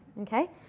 okay